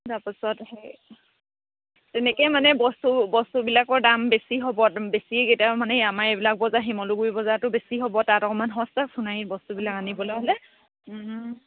তাৰপাছত সেই তেনেকেই মানে বস্তু বস্তুবিলাকৰ দাম বেছি হ'ব বেছি কেতিয়াবা মানে আমাৰ এইবিলাক বজাৰ শিমলুগুৰি বজাৰতো বেছি হ'ব তাত অকণমান সস্তা সোনাৰী বস্তুবিলাক আনিবলৈ হ'লে